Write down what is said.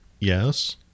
Yes